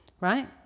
right